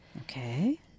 Okay